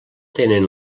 tenen